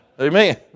Amen